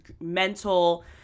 mental